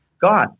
God